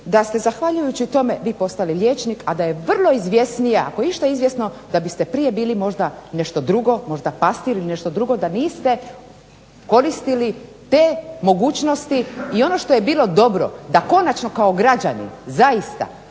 da ste zahvaljujući tome vi postali liječnik, a da je vrlo izvjesnija, ako je išta izvjesno da biste prije bili možda nešto drugo, možda pastir ili nešto drugo da niste koristili te mogućnosti. I ono što je bilo dobro da konačno kao građani zaista